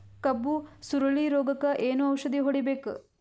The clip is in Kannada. ಕಬ್ಬು ಸುರಳೀರೋಗಕ ಏನು ಔಷಧಿ ಹೋಡಿಬೇಕು?